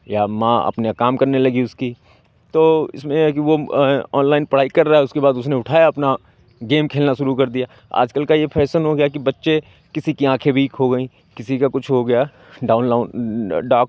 या मां अपने काम करने लगी उसकी तो इसमें है कि वो ऑनलाइन पढ़ाई कर रहा है उसके बाद उसने उठाया अपना गेम खेलना शुरू कर दिया आज कल का ये फैशन हो गया कि बच्चे किसी की आँखें वीक हो गई किसी का कुछ हो गया डाउन लाउन डाक